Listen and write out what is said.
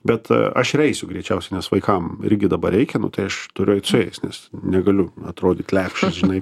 bet aš ir eisiu greičiausiai nes vaikam irgi dabar reikia nu tai aš turiu eit su jais nes nu negaliu atrodyti lepšis žinai